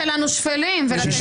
הצבעה לא אושרה נפל.